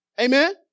Amen